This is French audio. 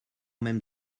même